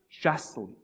justly